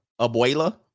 abuela